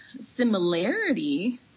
similarity